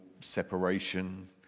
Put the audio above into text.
separation